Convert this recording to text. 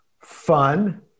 fun